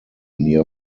near